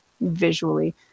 visually